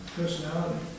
personality